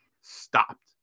stopped